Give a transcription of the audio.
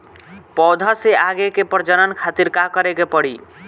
पौधा से आगे के प्रजनन खातिर का करे के पड़ी?